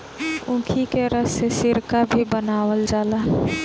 ऊखी के रस से सिरका भी बनावल जाला